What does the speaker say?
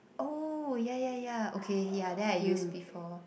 oh ya ya ya okay ya then I use before